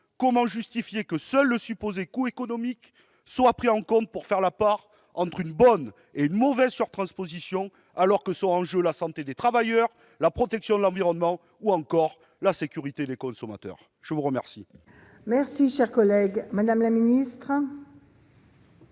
comment justifiez-vous que seul le supposé coût économique soit pris en compte pour faire la part entre une bonne et une mauvaise surtransposition, alors que ce sont la santé des travailleurs, la protection de l'environnement ou encore la sécurité des consommateurs qui sont en jeu ? La parole est à Mme la secrétaire